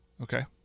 Okay